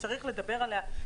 וצריך לדבר עליה.